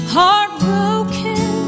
Heartbroken